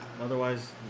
Otherwise